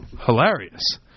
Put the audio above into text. hilarious